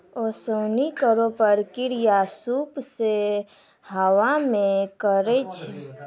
ओसौनी केरो प्रक्रिया सूप सें हवा मे करै छै